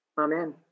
Amen